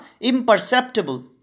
imperceptible